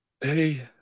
hey